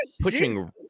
pushing